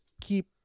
keep